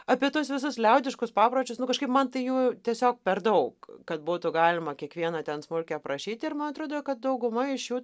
apie tuos visus liaudiškus papročius nu kažkaip man tai jų tiesiog per daug kad būtų galima kiekvieną ten smulkiai aprašyti ir man atrodo kad dauguma iš jų